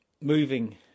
moving